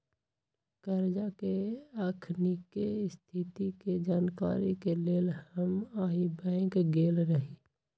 करजा के अखनीके स्थिति के जानकारी के लेल हम आइ बैंक गेल रहि